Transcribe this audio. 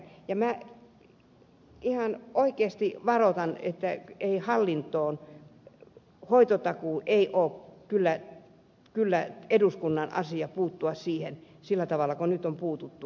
minä ihan oikeasti varoitan että hoitotakuu ei kyllä ole sellainen asia johon eduskunnan tulee puuttua sillä tavalla kuin nyt on puututtu